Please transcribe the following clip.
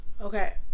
okay